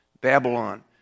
Babylon